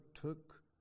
took